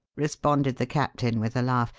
responded the captain with a laugh.